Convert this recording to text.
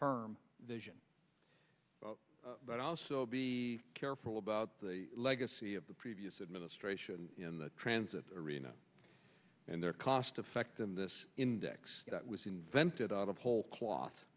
term vision but also be careful about the legacy of the previous administration in the transit arena and their cost effect in this index was invented out of whole cloth